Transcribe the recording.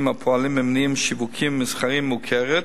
הפועלים ממניעים שיווקיים ומסחריים מוכרת,